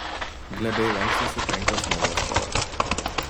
glebiai lankstėsi penkios smailos kojos